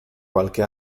qualche